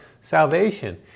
salvation